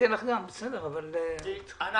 אני